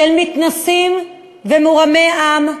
של מתנשאים ומורמי עם,